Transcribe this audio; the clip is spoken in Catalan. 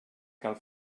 cal